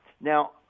Now